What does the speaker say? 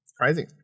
crazy